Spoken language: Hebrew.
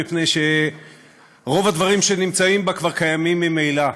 מפני שרוב הדברים שנמצאים בה כבר קיימים ממילא,